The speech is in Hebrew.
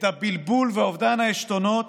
על הבלבול ואובדן העשתונות